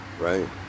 right